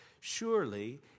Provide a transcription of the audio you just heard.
Surely